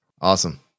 Awesome